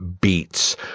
beats